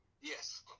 yes